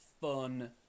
fun